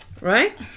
Right